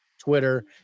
Twitter